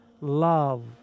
love